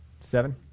Seven